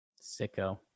Sicko